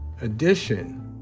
edition